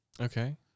okay